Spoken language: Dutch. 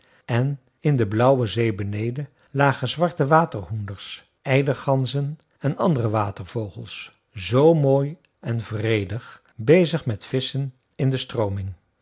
en in de blauwe zee beneden lagen zwarte waterhoenders eiderganzen en andere watervogels zoo mooi en vredig bezig met visschen in de strooming